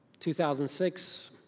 2006